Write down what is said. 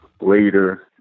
later